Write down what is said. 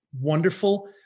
wonderful